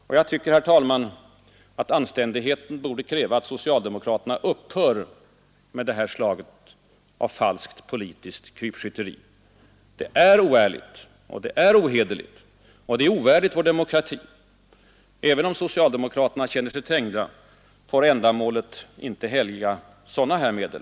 Och jag tycker, herr talman, att anständigheten borde kräva att socialdemokraterna upphör med det här slaget av falskt politiskt krypskytte. Det är oärligt. Det är ohederligt. Det är ovärdigt vår demokrati. Även om socialdemokraterna känner sig trängda får ändamålet inte helga sådana medel.